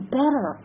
better